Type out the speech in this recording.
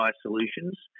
solutions